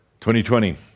2020